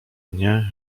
mnie